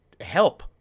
help